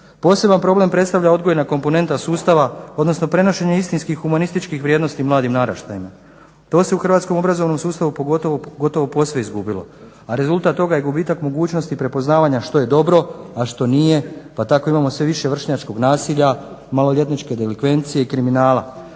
Poseban problem predstavlja odgojna komponenta sustava odnosno prenošenje istinskih humanističkih vrijednosti mladim naraštajima. To se u hrvatskom obrazovnom sustavu pogotovo posve izgubilo, a rezultat toga je gubitak mogućnosti prepoznavanja što je dobro, a što nije pa tako imamo sve više vršnjačkog nasilja, maloljetničke delikvencije i kriminala.